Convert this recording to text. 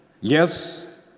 yes